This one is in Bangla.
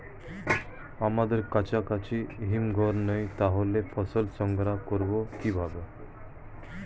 আমাদের কাছাকাছি হিমঘর নেই তাহলে ফসল সংগ্রহ করবো কিভাবে?